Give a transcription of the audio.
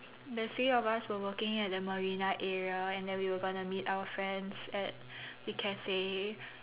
the three of us were working at the Marina area and then we were going to meet our friends at the cafe